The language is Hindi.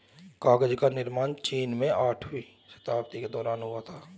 कागज का निर्माण चीन में आठवीं शताब्दी के दौरान हुआ था